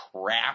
crap